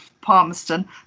Palmerston